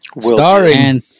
Starring